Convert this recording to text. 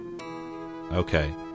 Okay